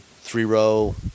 three-row